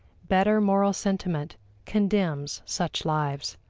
better moral sentiment condemns such lives.